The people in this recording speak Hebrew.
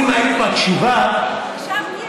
אם היית מקשיבה, הקשבתי.